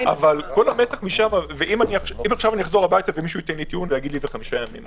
אם מישהו יגיד: 5 ימים,